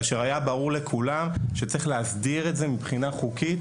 כאשר היה ברור לכולם שצריך להסדיר את זה מבחינה חוקית,